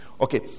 Okay